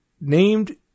named